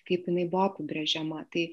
kaip jinai buvo apibrėžiama tai